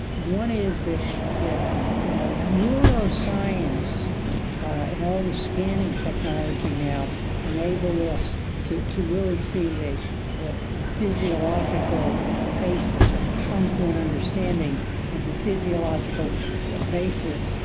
one is that that neuroscience and all the scanning technology now enable us to to really see the physiological basis or come to an understanding of the physiological basis